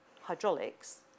hydraulics